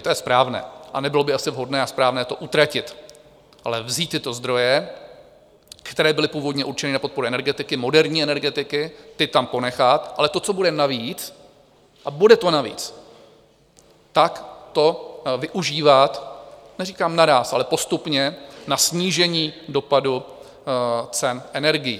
To je správné a nebylo by asi vhodné a správné to utratit, ale vzít tyto zdroje, které byly původně určeny na podporu energetiky, moderní energetiky, ty tam ponechat, ale to, co bude navíc, a bude to navíc, tak to využívat, neříkám naráz, ale postupně, na snížení dopadu cen energií.